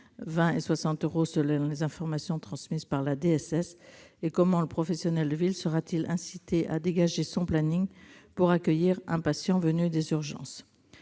20 et 60 euros, selon les informations transmises par la DSS. De plus, comment le professionnel de ville sera-t-il incité à dégager son planning pour accueillir un patient venu des urgences ?